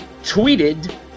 tweeted